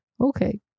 Okay